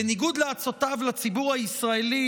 בניגוד לעצותיו לציבור הישראלי,